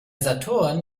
saturn